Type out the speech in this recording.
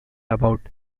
about